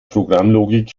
programmlogik